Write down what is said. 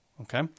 okay